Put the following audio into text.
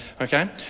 okay